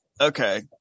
okay